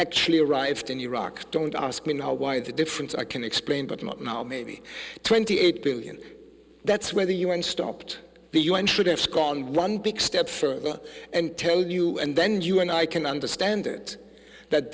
actually arrived in iraq don't ask me now why the difference i can explain but now maybe twenty eight billion that's where the u n stopped the u n should have gone one big step further and tell you and then you and i can understand it that